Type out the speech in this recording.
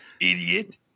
idiot